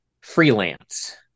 freelance